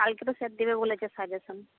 কালকে তো স্যার দেবে বলেছে সাজেশান